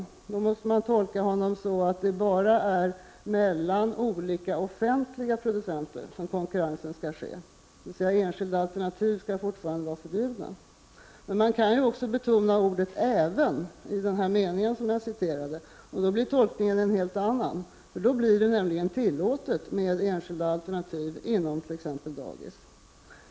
Då måste man tolka honom så att det bara är mellan olika offentliga producenter som konkurrensen skall ske, dvs. att enskilda alternativ fortfarande skall vara förbjudna. Men man kan också betona ordet ”även” i den mening som jag citerade, och då blir tolkningen en helt annan. Då blir det nämligen tillåtet med enskilda alternativ inom t.ex. dagis.